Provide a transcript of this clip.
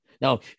Now